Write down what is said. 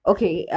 Okay